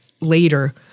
later